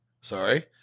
sorry